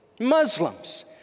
Muslims